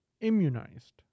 immunized